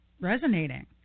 Resonating